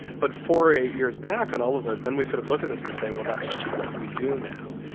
but four or eight years back on all of those, then we sort of look at this and say, well, that's just what we do now.